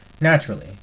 Naturally